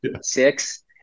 six